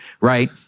right